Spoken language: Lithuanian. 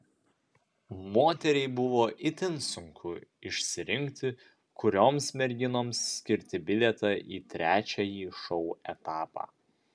moteriai buvo itin sunku išsirinkti kurioms merginoms skirti bilietą į trečiąjį šou etapą